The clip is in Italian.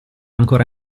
ancora